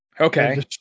Okay